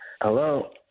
Hello